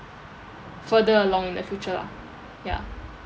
further along in the future lah ya